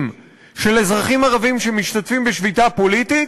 של אזרחים ערבים שמשתתפים בשביתה פוליטית,